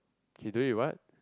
he do it what